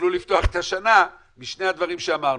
יוכלו לפתוח את השנה עם שני הדברים שאמרנו,